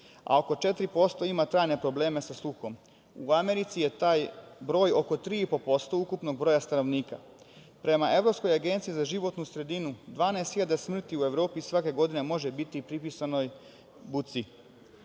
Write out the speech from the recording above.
a oko 4% ima trajne probleme sa sluhom. U Americi je taj broj oko 3,5% ukupnog broja stanovnika. Prema Evropskoj agenciji za životnu sredinu, 12.000 smrti u Evropi svake godine može biti pripisano buci,